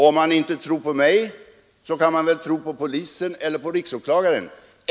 Om man inte tror på mig, kan man väl tro på polisen eller på riksåklagaren.